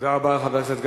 תודה רבה לחבר הכנסת גפני.